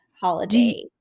holiday